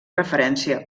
referència